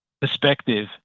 perspective